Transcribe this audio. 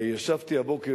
ישבתי הבוקר,